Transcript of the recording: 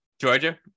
Georgia